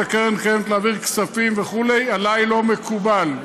הקרן הקיימת להעביר כספים וכו' עליי זה לא מקובל.